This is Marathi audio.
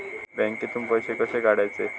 बँकेतून पैसे कसे काढूचे?